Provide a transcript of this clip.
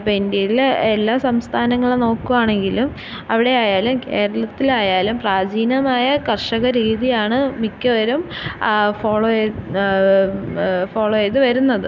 ഇപ്പം ഇന്ത്യയില് എല്ലാ സംസ്ഥാനങ്ങളും നോക്കുവാണങ്കിലും അവിടെ ആയാലും കേരളത്തിലായാലും പ്രാചീനമായ കർഷക രീതിയാണ് മിക്കവരും ഫോളോ ഏയ് ഫോളോ ചെയ്ത് വരുന്നത്